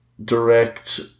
Direct